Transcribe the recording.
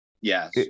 Yes